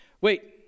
wait